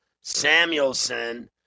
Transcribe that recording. Samuelson